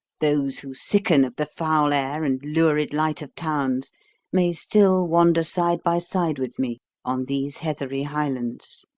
those who sicken of the foul air and lurid light of towns may still wander side by side with me on these heathery highlands.